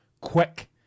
Quick